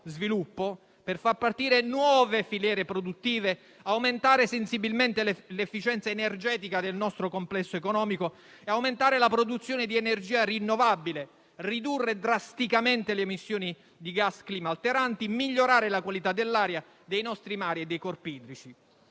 sviluppo per far partire nuove filiere produttive, aumentare sensibilmente l'efficienza energetica del nostro complesso economico e aumentare la produzione di energia rinnovabile, ridurre drasticamente le emissioni di gas climalteranti, migliorare la qualità dell'aria, dei nostri mari e dei corpi idrici.